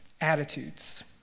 attitudes